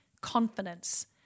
confidence